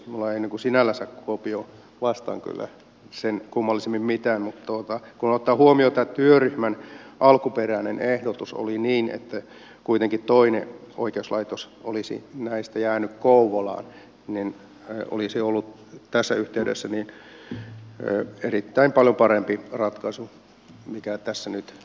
minulla ei sinällänsä kuopiota vastaan kyllä sen kummallisemmin mitään ole mutta kun ottaa huomioon että tämän työryhmän alkuperäinen ehdotus oli että kuitenkin toinen oikeuslaitos olisi näistä jäänyt kouvolaan niin se olisi ollut tässä yhteydessä erittäin paljon parempi ratkaisu kuin se mikä tässä nyt on käsittelyssä